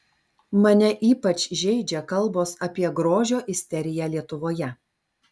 mane ypač žeidžia kalbos apie grožio isteriją lietuvoje